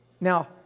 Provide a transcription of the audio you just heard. Now